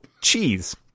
cheese